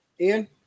Ian